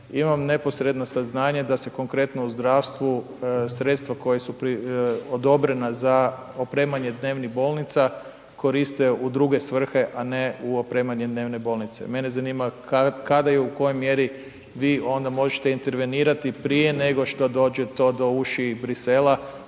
imam neposredno saznanje da se konkretno u zdravstvu sredstva koja su odobrena za opremanje dnevnih bolnica koriste u druge svrhe a ne u opremanje dnevne bolnice prije nego što dođe to do uši i Brisela,